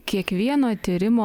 kiekvieno tyrimo